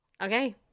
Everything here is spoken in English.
Okay